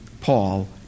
Paul